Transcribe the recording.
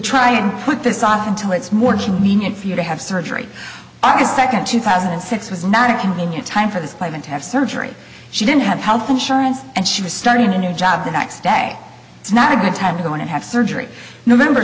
try and put this off until it's more convenient for you to have surgery august second two thousand and six was not a convenient time for this placement to have surgery she didn't have health insurance and she was starting a new job the next day it's not a good time going to have surgery nov